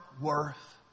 worth